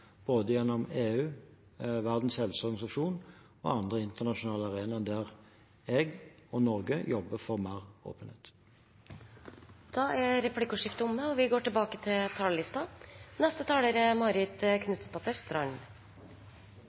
både gjennom EU, Verdens helseorganisasjon og andre internasjonale arenaer – der jeg, og Norge, jobber for mer åpenhet. Replikkordskiftet er omme. De talerne som heretter får ordet, har også en taletid på inntil 3 minutter. Alle er